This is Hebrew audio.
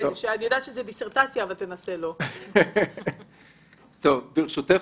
אנחנו ברפורמת בכר הצבענו על נושא